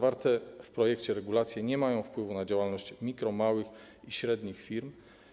Zawarte w projekcie regulacje nie mają wpływu na działalność mikro-, małych i średnich firm.